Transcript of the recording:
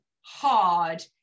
hard